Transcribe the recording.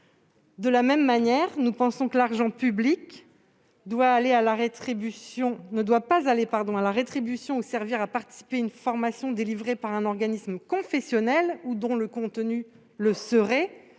De la même manière, nous pensons que l'argent public ne doit pas servir à financer tout ou partie d'une formation délivrée par un organisme confessionnel, ou dont le contenu serait